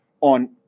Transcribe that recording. on